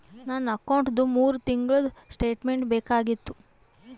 ನನ್ನ ಅಕೌಂಟ್ದು ಮೂರು ತಿಂಗಳದು ಸ್ಟೇಟ್ಮೆಂಟ್ ಬೇಕಾಗಿತ್ತು?